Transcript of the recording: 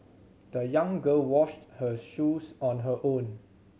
the young girl washed her shoes on her own